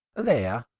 there!